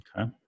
Okay